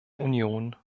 union